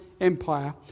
Empire